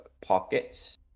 pockets